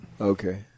Okay